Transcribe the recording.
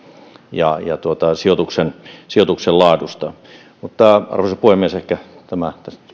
ja sijoituksen sijoituksen laadusta arvoisa puhemies ehkä tämä